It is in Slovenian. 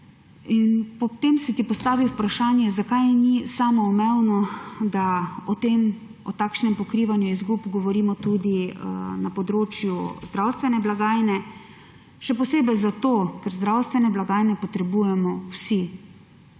In potem se ti postavi vprašanje, zakaj ni samoumevno, da o takšnem pokrivanju izgub govorimo tudi na področju zdravstvene blagajne; še posebej zato, ker zdravstveno blagajno potrebujemo vsi